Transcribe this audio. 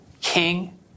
king